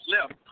left